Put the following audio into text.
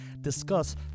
discuss